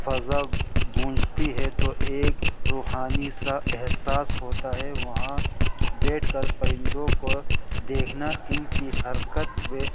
فضا بونجتی ہے تو ایک روحانی سا احساس ہوتا ہے وہاں بیٹھ کر پرندوں کو دیکھنا ان کی حرکت پ